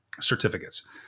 certificates